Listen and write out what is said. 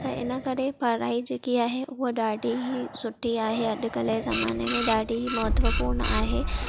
ऐं इन करे पढ़ाई जेकी आहे हूअ ॾाढी ही सुठी आहे अॼुकल्ह जे ज़माने में ॾाढी ई महत्वपूर्ण आहे